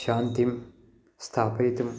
शान्तिं स्थापयितुम्